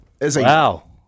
Wow